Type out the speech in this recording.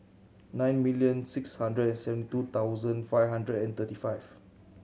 nine million six hundred and seventy two thousand five hundred and thirty five